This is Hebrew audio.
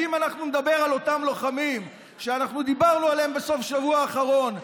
כי אם אנחנו נדבר על אותם לוחמים שדיברנו עליהם בסוף השבוע האחרון,